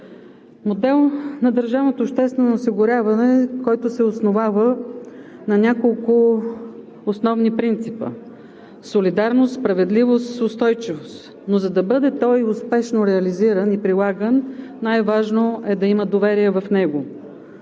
модел на държавното обществено осигуряване, който се основава на няколко основни принципа: солидарност, справедливост, устойчивост, но за да бъде той успешно реализиран и прилаган, най-важно е да има доверие в него.